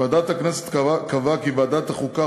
ועדת הכנסת קבעה כי ועדת החוקה,